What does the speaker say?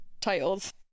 titles